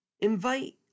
invite